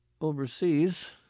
overseas